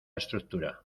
estructura